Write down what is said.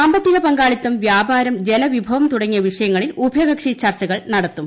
സാമ്പത്തിക പങ്കാളിത്തം വ്യാപാരം ജലവിഭവം തുടങ്ങിയ വിഷയങ്ങളിൽ ഉഭയകക്ഷി ചർച്ചകൾ നടത്തും